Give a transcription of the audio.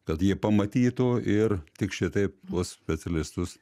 kad jie pamatytų ir tik šitaip bus specialistus